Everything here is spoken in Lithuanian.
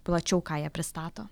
plačiau ką jie pristato